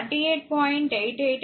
కాబట్టి 38